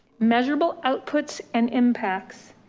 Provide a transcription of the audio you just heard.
measurable outputs and impacts,